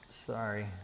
Sorry